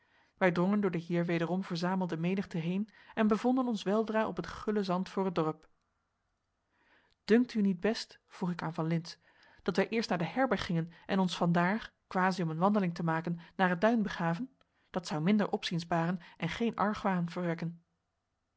wij drongen door de hier wederom verzamelde menigte heen en bevonden ons weldra op het gulle zand voor het dorp dunkt u niet best vroeg ik aan van lintz dat wij eerst naar de herberg gingen en ons van daar quasi om een wandeling te maken naar het duin begaven dat zou minder opziens baren en geen argwaan verwekken